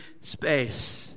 space